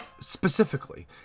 Specifically